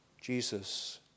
Jesus